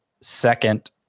second